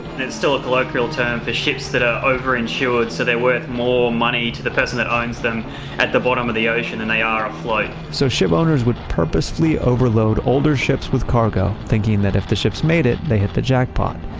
it's still a colloquial term for ships that are overinsured so they're worth more money to the person that owns them at the bottom of the ocean than and they are afloat so ship owners would purposely overload older ships with cargo, thinking that if the ships made it, they hit the jackpot.